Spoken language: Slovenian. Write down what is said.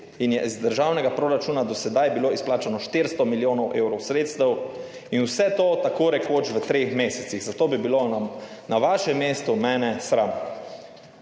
in je iz državnega proračuna do sedaj bilo izplačano 400 milijonov evrov sredstev in vse to tako rekoč v treh mesecih. Za to bi bilo na vašem mestu mene sram.